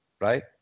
right